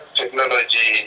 technology